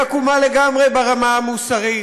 היא עקומה לגמרי ברמה המוסרית,